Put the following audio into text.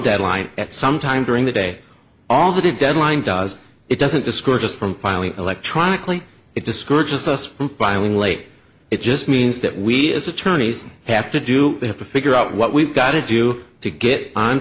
deadline at some time during the day all the deadline does it doesn't discourage us from filing electronically it discourages us from filing late it just means that we as attorneys have to do they have to figure out what we've got to do to get on